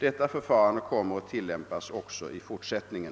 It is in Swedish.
Detta förfarande kommer att tillämpas också i fortsättningen.